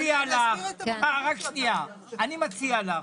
רק שנייה, אני מציע לך,